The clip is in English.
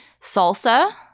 salsa